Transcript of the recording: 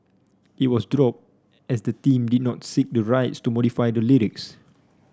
it was dropped as the team did not seek the rights to modify the lyrics